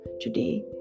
today